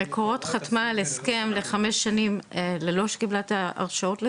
מקורות חתמה על הסכם לחמש שנים ללא שקיבלה את ההרשאות לזה.